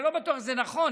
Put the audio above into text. אני לא בטוח שזה נכון,